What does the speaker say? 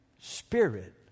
Spirit